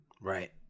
right